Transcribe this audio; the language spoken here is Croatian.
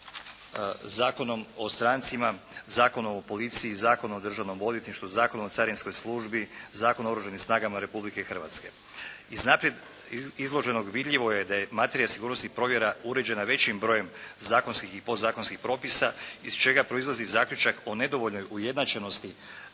Zakonom o strancima, Zakonom o policiji, Zakonom o državnom odvjetništvu, Zakonom o carinskoj službi, Zakonom o Oružanim snagama Republike Hrvatske. Iz naprijed izloženog vidljivo je da je materija sigurnosnih provjera uređena većim brojem zakonskih i podzakonskih propisa iz čega proizlazi zaključak o nedovoljnoj ujednačenosti